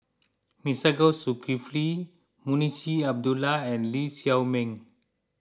Masagos Zulkifli Munshi Abdullah and Lee Shao Meng